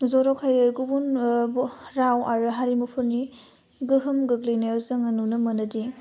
जर'खायै गुबुन ओह राव आरो हारिमुफोरनि गोहोम गोग्लैनायाव जोङो नुनो मोनोदि